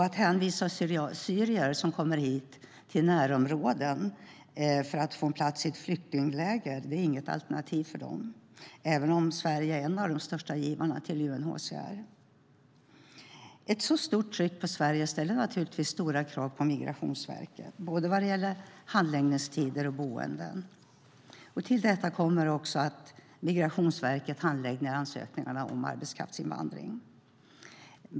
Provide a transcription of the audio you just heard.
Att hänvisa syrier som kommer hit till närområden för att få en plats i ett flyktingläger är inget alternativ, även om Sverige är en av de största givarna till UNHCR. Ett så stort tryck på Sverige ställer naturligtvis stora krav på Migrationsverket, både vad gäller handläggningstider och boenden. Till detta kommer också att Migrationsverket handlägger ansökningarna om arbetskraftsinvandring.